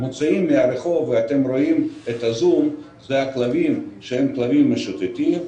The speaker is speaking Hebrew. מוצאים מהרחוב, כלבים משוטטים.